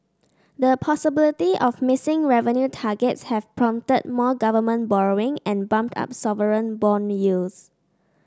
the possibility of missing revenue targets have prompted more government borrowing and bumped up sovereign bond yields